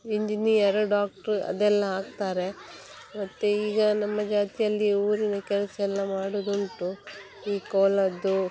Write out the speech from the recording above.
engineer ಡಾಕ್ಟ್ರು ಅದೆಲ್ಲ ಆಗ್ತಾರೆ ಮತ್ತು ಈಗ ನಮ್ಮ ಜಾತಿಯಲ್ಲಿ ಊರಿನ ಕೆಲಸ ಎಲ್ಲ ಮಾಡುವುದುಂಟು ಈ ಕೋಲದ್ದು